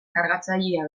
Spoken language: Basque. kargatzailea